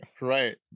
Right